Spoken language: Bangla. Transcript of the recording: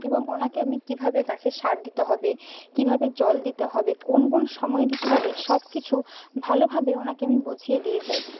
এবং ওনাকে আমি কীভাবে গাছে সার দিতে হবে কীভাবে জল দিতে হবে কোন কোন সময় দিতে হবে সব কিছু ভালোভাবে ওনাকে আমি বুঝিয়ে দিয়ে যাই